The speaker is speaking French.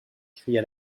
cria